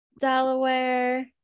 delaware